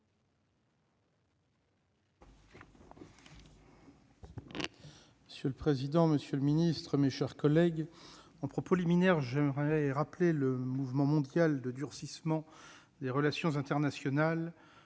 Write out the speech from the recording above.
Monsieur le président, monsieur le ministre, mes chers collègues, en propos liminaire, je rappellerai le mouvement mondial de durcissement des relations internationales,